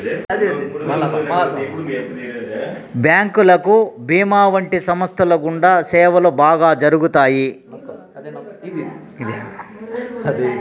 bank భీమా వంటి సంస్థల గుండా సేవలు బాగా జరుగుతాయి